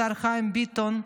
השר חיים ביטון,